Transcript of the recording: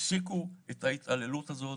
תפסיקו את ההתעללות הזאת.